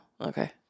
Okay